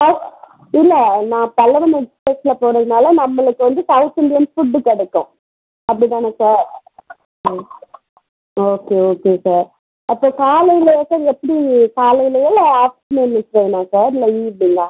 sir இல்லை நான் பல்லவன் எக்ஸ்பிரஸ்சில் போகிறதுனால நம்மளுக்கு வந்து சௌத் இந்தியன் ஃபுட்டு கிடைக்கும் அப்படி தானே sir okay okay okay sir அப்போ காலையிலேயா எப்படி காலையிலேயா இல்லை ஆஃப்டர்நூனு ட்ரெயின்னா சார் இல்லை ஈவ்னிங்கா